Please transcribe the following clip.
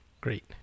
Great